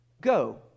Go